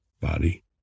body